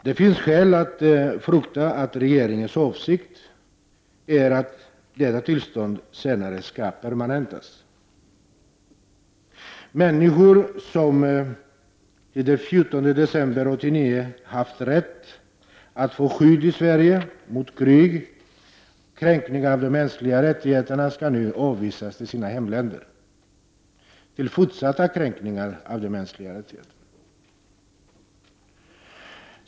Det finns skäl att frukta att regeringens avsikt är att detta tillstånd senare skall permanentas. Människor som fram till den 14 december 1989 haft rätt att få skydd i Sverige mot krig och kränkningar av de mänskliga rättigheterna skall nu avvisas till sina hemländer, till fortsatta kränkningar av de mänskliga rättigheterna.